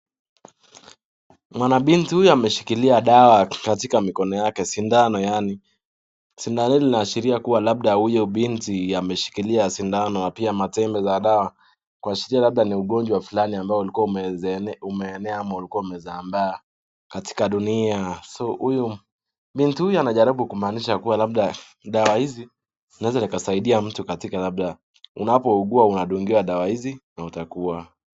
Mwanabinti huyu ameshikilia dawa katika mikono yake, sindano yaani. Sindano hii linaashiria kuwa labda huyo binti ameshikilia sindano na pia matembe za dawa, kuashiria labda ni ugonjwa fulani ambao ulikuwa umeenea ama ulikuwa umesambaa katika dunia. So , huyu binti huyu anajaribu kumaanisha kuwa labda dawa hizi zinaweza zikamsaidia mtu katika labda unapougua, unadungwa dawa hizi na utakuwa.